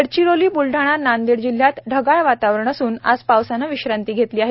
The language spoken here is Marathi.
गडचिरोली ब्लडाणा नांदेड जिल्ह्यात ढगाळ वातावरण असून आज पावसानं विश्रांती घेतली आहे